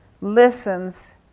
listens